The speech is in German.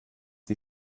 die